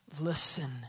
Listen